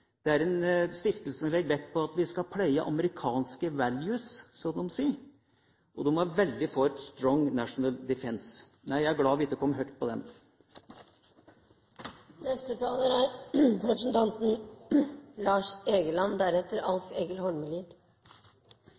Det er en stiftelse som legger vekt på at vi skal pleie amerikanske «values», som de sier, og de er veldig for «strong national defense». Jeg er glad vi ikke kom på høyt på den rankingen. Presidenten vil minne om at det er flere saker igjen på dagsordenen. Til representanten